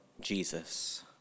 Jesus